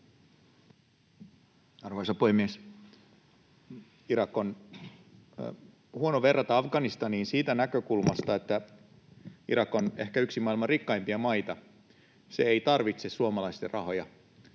Arvoisa puhemies! Irakia on huono verrata Afganistaniin siitä näkökulmasta, että Irak on ehkä yksi maailman rikkaimpia maita. Se ei tarvitse suomalaisten rahoja.